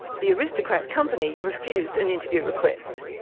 the aristocrat company refused an interview request.